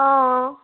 অঁ